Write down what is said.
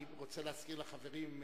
אני רוצה להזכיר לחברים,